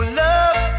love